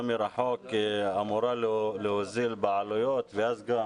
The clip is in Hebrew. מרחוק אמורה להוזיל בעלויות ואז גם